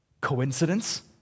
Coincidence